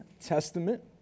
Testament